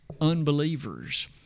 unbelievers